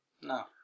No